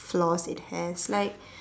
flaws it has like